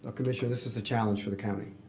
ah commissioner, this is the challenge for the county.